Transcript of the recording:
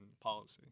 policy